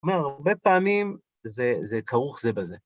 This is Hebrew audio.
כלומר, הרבה פעמים זה, זה כרוך זה בזה.